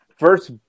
First